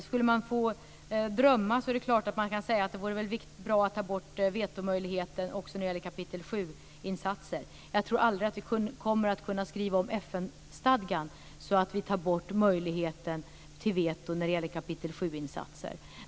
Skulle man få drömma är det klart att man kan säga att det vore bra att ta bort vetomöjligheten också när det gäller kapitel 7-insatser. Jag tror aldrig att vi kommer att kunna skriva om FN-stadgan så att vi tar bort möjligheten till veto när det gäller kapitel 7 insatser.